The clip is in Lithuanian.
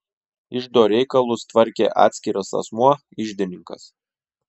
iždo reikalus tvarkė atskiras asmuo iždininkas